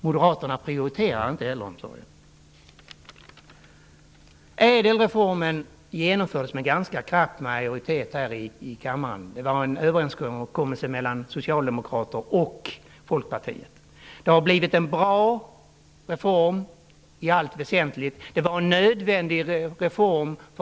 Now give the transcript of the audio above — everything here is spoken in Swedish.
Moderaterna prioriterar inte äldreomsorgen. Ädelreformen genomfördes med ganska knapp majoritet här i kammaren. Den var en överenskommelse mellan Socialdemokraterna och Folkpartiet. Det har i allt väsentligt blivit en bra reform.